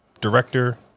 director